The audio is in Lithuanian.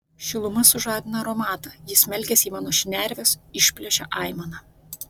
šiluma sužadina aromatą jis smelkiasi į mano šnerves išplėšia aimaną